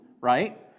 right